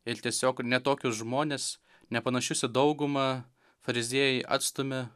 ir tiesiog ne tokius žmones nepanašius į daugumą fariziejai atstumia